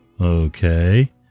Okay